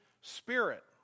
spirit